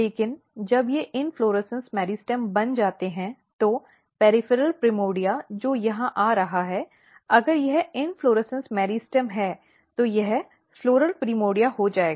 लेकिन जब ये इन्फ्लोरेसन्स मेरिस्टेम बन जाते हैं तो परिधीय प्राइमर्डिया जो यहां आ रहा है अगर यह इन्फ्लोरेसन्स मेरिस्टेम है तो यह फ़्लॉरल प्राइमर्डिया हो जाएगा